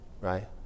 right